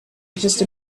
just